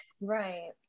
Right